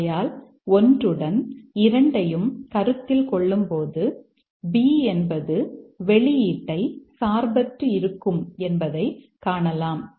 ஆகையால் 1 உடன் 2 ஐயும் கருத்தில் கொள்ளும்போது B என்பது வெளியீட்டை சார்பற்று இருக்கும் என்பதை காணலாம்